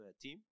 team